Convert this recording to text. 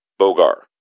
Bogar